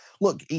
Look